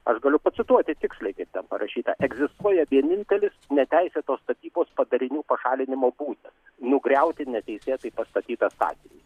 aš galiu pacituoti tiksliai kaip ten parašyta egzistuoja vienintelis neteisėtos statybos padarinių pašalinimo būdas nugriauti neteisėtai pastatytą statinį